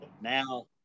now